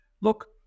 look